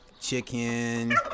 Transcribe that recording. chicken